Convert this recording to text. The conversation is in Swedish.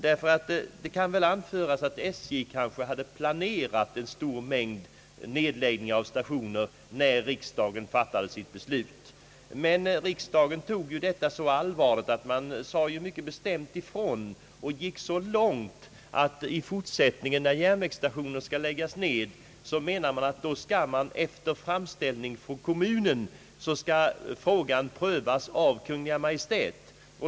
Det torde kunna påstås, att SJ sannolikt hade planerat en stor mängd nedläggningar av stationer när riksdagen fattade sitt beslut. Men riksdagen sade mycket bestämt ifrån och gick så långt, att när järnvägsstationer i fortsättningen skall läggas ned skall frågan efter framställning från kommunen prövas av Kungl. Maj:t.